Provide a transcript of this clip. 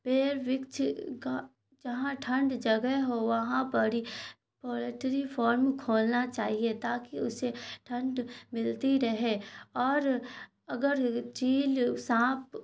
پیڑ ورکچھ کا جہاں ٹھنڈ جگہ ہو وہاں پر پولٹری فارم کھولنا چاہیے تاکہ اسے ٹھنڈ ملتی رہے اور اگر چیل سانپ